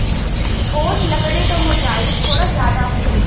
ठोस लकड़ी क मोटाई थोड़ा जादा होला